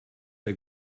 der